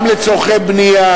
גם לצורכי בנייה,